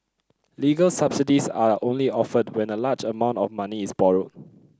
legal subsidies are only offered when a large amount of money is borrowed